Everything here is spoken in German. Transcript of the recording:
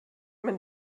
man